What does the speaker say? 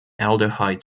aldehyde